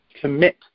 Commit